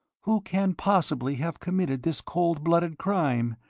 who can possibly have committed this cold-blooded crime?